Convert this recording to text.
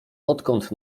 odkąd